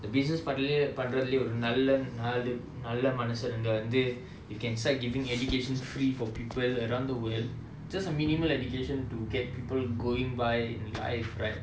the business பண்றதுலையும் ஒரு நல்ல மனசு இருந்தா வந்து:pandrathulaiyum oru nalla manasu irunthaa vanthu can start giving education free for people around the world just a minimal education to get people going by in life right